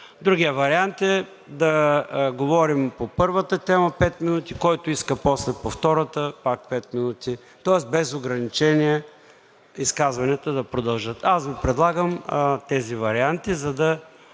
Другият вариант е да говорим по първата тема пет минути, който иска после по втората – пак пет минути. Тоест без ограничение изказванията да продължат. Аз Ви предлагам тези варианти, за да